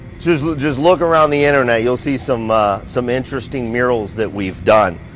just look just look around the internet you'll see some ah some interesting murals that we've done.